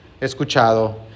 escuchado